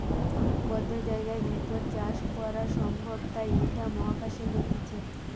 বদ্ধ জায়গার ভেতর চাষ করা সম্ভব তাই ইটা মহাকাশে করতিছে